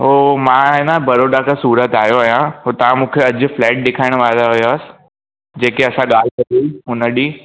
हो मां आहे न वडोदरा खां सूरत आयो आहियां हो तव्हां मूंखे अॼु फ्लैट ॾेखारण वारा हुयव जेके असां ॻाल्हि कढी हुई हुन ॾींहुं